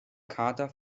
kater